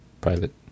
private